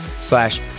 slash